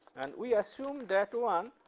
and we assume that one,